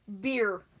Beer